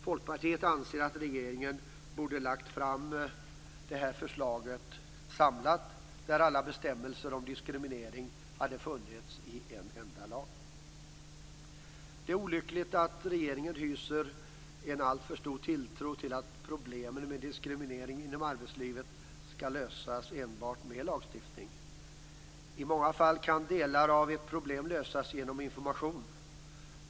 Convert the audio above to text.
Folkpartiet anser att regeringen borde ha lagt fram det här förslaget samlat där alla bestämmelser om diskriminering hade funnits i en enda lag. Det är olyckligt att regeringen hyser en alltför stor tilltro till att problemen med diskriminering inom arbetslivet kan lösas med enbart lagstiftning. I många fall kan delar av ett problem lösas genom information.